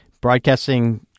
broadcasting